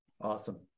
Awesome